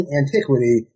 antiquity